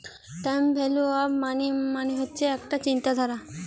time value of money মানে হচ্ছে একটা চিন্তাধারা